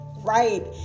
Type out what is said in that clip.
right